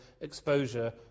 exposure